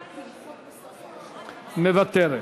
מוותרת.